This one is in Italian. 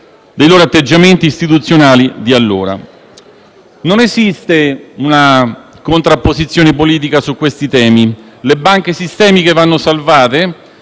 dei loro atteggiamenti istituzionali di allora. Non esiste una contrapposizione politica su questi temi. Le banche sistemiche vanno salvate